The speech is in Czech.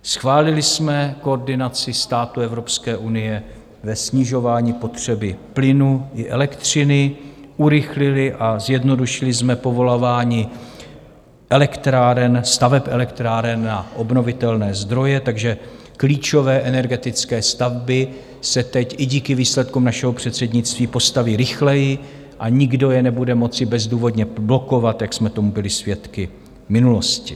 Schválili jsme koordinaci států Evropské unie ve snižování potřeby plynu i elektřiny, urychlili a zjednodušili jsme povolování elektráren, staveb elektráren na obnovitelné zdroje, takže klíčové energetické stavby se teď i díky výsledkům našeho předsednictví postaví rychleji a nikdo je nebude moci bezdůvodně blokovat, jak jsme tomu byli svědky v minulosti.